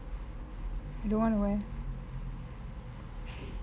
I don't want to wear